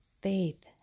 faith